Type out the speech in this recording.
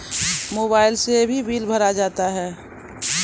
Mobile से भी bill भरा जाता हैं?